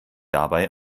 dabei